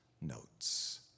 notes